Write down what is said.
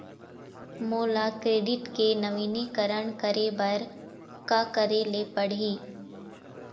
मोला क्रेडिट के नवीनीकरण करे बर का करे ले पड़ही?